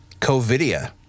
COVIDia